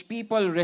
People